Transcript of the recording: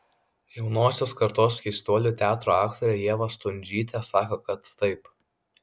jaunosios kartos keistuolių teatro aktorė ieva stundžytė sako kad taip